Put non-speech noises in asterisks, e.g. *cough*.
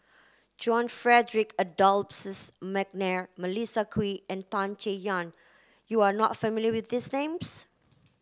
John Frederick Adolphus *unintelligible* McNair Melissa Kwee and Tan Chay Yan you are not familiar with these names